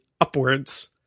upwards